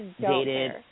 dated